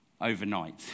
overnight